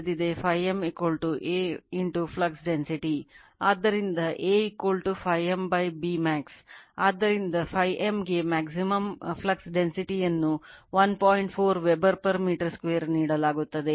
4 weber per metre ನೀಡಲಾಗುತ್ತದೆ